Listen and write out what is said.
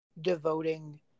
devoting